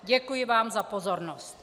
Děkuji vám za pozornost.